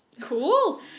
Cool